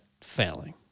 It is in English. failing